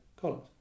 columns